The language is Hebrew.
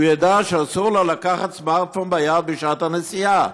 שהוא ידע שאסור לו לקחת סמארטפון ביד בשעת הנסיעה.